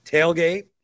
tailgate